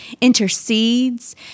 intercedes